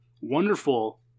wonderful